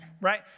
right